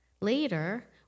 Later